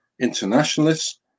internationalists